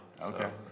Okay